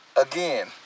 again